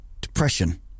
depression